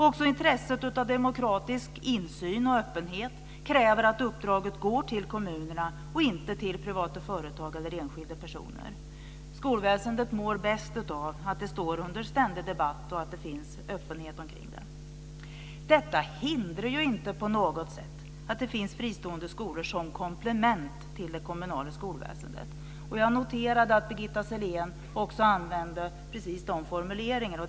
Också intresset av demokratisk insyn och öppenhet kräver att uppdraget går till kommunerna - inte till privata företag eller enskilda personer. Skolväsendet mår bäst av att det står under ständig debatt och att det finns öppenhet omkring det. Det här hindrar inte att det finns fristående skolor som komplement till det kommunala skolväsendet. Jag noterade att Birgitta Sellén också använde precis de formuleringarna.